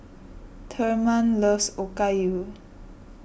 Thurman loves Okayu